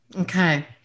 Okay